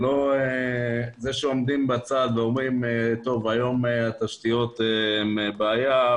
זה שעומדים בצד ואומרים שהיום התשתיות מהוות בעיה,